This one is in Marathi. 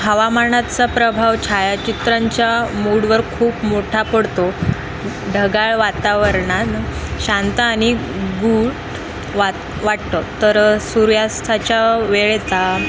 हवामानाचा प्रभाव छायाचित्रांच्या मूडवर खूप मोठा पडतो ढगाळ वातावरणानं शांत आणि गूढ वा वाटतं तर सूर्यास्ताच्या वेळेचा